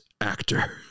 actor